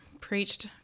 preached